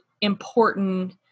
important